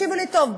תקשיבו לי טוב,